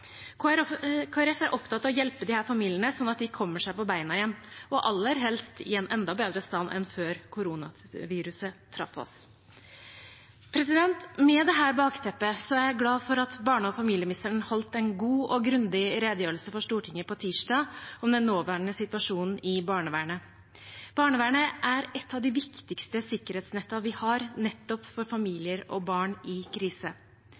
er opptatt av å hjelpe disse familiene slik at de kommer seg på beina igjen, og aller helst i enda bedre stand enn før koronaviruset traff oss. Med dette bakteppet er jeg glad for at barne- og familieministeren holdt en god og grundig redegjørelse for Stortinget på tirsdag om den nåværende situasjonen i barnevernet. Barnevernet er et av de viktigste sikkerhetsnettene vi har nettopp for familier og barn i krise.